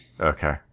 Okay